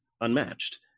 unmatched